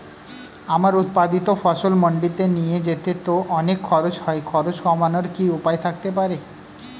আমার উৎপাদিত ফসল মান্ডিতে নিয়ে যেতে তো অনেক খরচ হয় খরচ কমানোর কি উপায় থাকতে পারে?